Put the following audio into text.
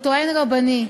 או טוען רבני,